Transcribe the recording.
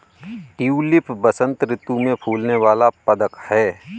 tulip बसंत ऋतु में फूलने वाला पदक है